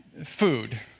Food